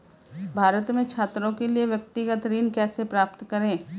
भारत में छात्रों के लिए व्यक्तिगत ऋण कैसे प्राप्त करें?